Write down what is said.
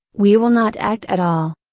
we will not act at all.